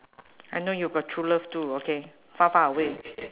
I know you got true love too okay far far away